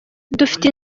dufite